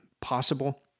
possible